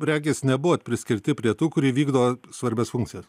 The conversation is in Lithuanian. regis nebuvot priskirti prie tų kurie vykdo svarbias funkcijas